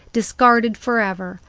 discarded for ever,